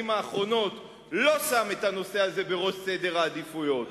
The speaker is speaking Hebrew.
האחרונות לא שם את הנושא זה בראש סדר העדיפויות,